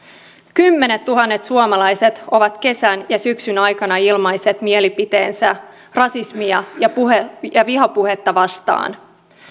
kymmenettuhannet suomalaiset ovat kesän ja syksyn aikana ilmaisseet mielipiteensä rasismia ja vihapuhetta vastaan